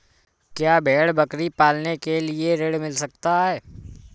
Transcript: क्या भेड़ बकरी पालने के लिए ऋण मिल सकता है?